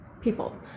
people